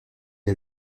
est